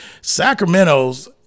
Sacramento's